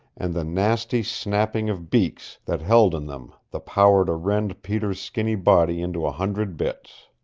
and the nasty snapping of beaks that held in them the power to rend peter's skinny body into a hundred bits.